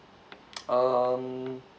um